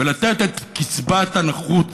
ולתת את קצבת הנכות